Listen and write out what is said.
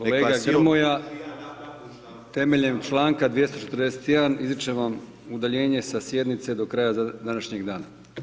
Kolega Grmoja temeljem članka 241. izričem vam udaljenje sa sjednice do kraja današnjeg dana.